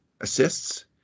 assists